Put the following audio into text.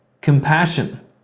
compassion